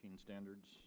standards